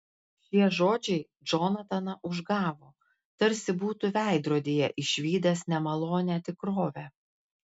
šie žodžiai džonataną užgavo tarsi būtų veidrodyje išvydęs nemalonią tikrovę